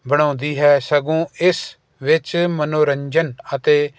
ਬਣਾਉਂਦੀ ਹੈ ਸਗੋਂ ਇਸ ਵਿੱਚ ਮਨੋਰੰਜਨ ਅਤੇ